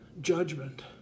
judgment